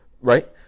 Right